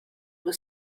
was